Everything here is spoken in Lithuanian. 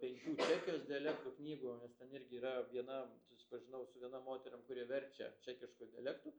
penkių čekijos dialektų knygų nes ten irgi yra viena susipažinau su viena moterim kuri verčia čekišku dialektu